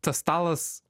tas stalas